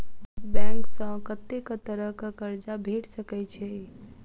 Bank सऽ कत्तेक तरह कऽ कर्जा भेट सकय छई?